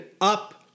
up